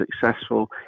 successful